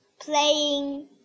Playing